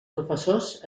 professors